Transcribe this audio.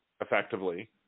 effectively